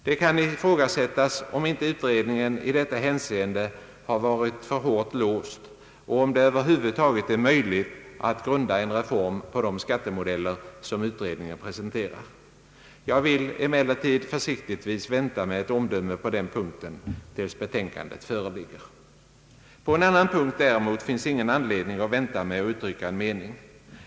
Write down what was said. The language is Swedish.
Det kan ifrågasättas om inte utredningen i detta hänseende varit för hårt låst och om det över huvud taget är möjligt att grunda en reform på de skattemodeller, som utredningen presenterar. Jag vill emellertid försiktigtvis vänta med ett omdöme på den punkten tills betänkandet föreligger. På en annan punkt däremot finns ingen anledning att vänta med att uttrycka en mening.